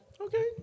Okay